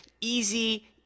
easy